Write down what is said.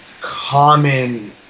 common